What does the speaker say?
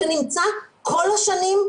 זה נמצא כל השנים.